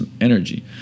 energy